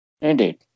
Indeed